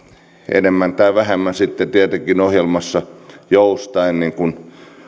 enemmän tai vähemmän sitten tietenkin ohjelmassa joustaen niin kuin